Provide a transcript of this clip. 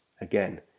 again